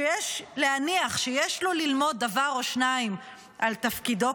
שיש להניח שיש לו ללמוד דבר או שניים על תפקידו,